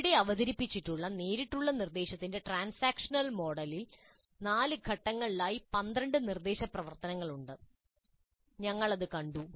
ഇവിടെ അവതരിപ്പിച്ച നേരിട്ടുള്ള നിർദ്ദേശത്തിന്റെ ട്രാൻസാക്ഷണൽ മോഡലിന് 4 ഘട്ടങ്ങളിലായി 12 നിർദ്ദേശ പ്രവർത്തനങ്ങളുണ്ട് ഞങ്ങൾ അത് കണ്ടു